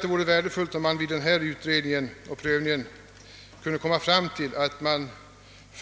Det vore värdefullt om man vid den prövningen kunde komma fram till att det